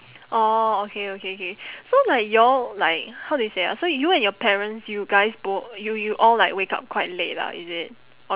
orh okay okay K so like y'all like how do you say ah so you and your parents you guys bo~ you you all like wake up quite late lah is it o~